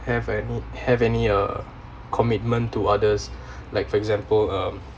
have any have any uh commitment to others like for example um